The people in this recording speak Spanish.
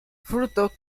fruto